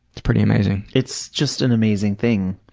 it's pretty amazing. it's just an amazing thing.